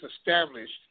established